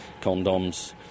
condoms